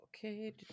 okay